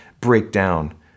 breakdown